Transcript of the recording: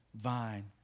vine